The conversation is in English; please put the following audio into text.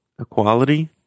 Equality